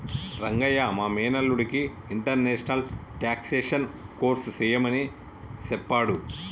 రంగయ్య మా మేనల్లుడికి international taxation course సెయ్యమని సెప్పాడు